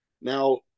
Now